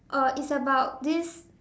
uh it's about this